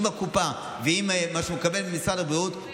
עם הקופה ועם מה שהוא מקבל ממשרד הבריאות,